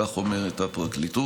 כך אומרת הפרקליטות,